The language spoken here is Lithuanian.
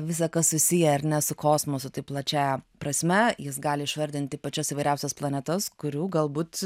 visa kas susiję ar ne su kosmosu taip plačiąja prasme jis gali išvardinti pačias įvairiausias planetas kurių galbūt